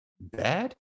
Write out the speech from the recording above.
bad